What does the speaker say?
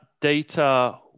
data